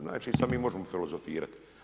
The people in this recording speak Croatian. Znači sada mi možemo filozofirati.